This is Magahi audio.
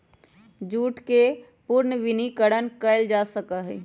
जूट के पुनर्नवीनीकरण कइल जा सका हई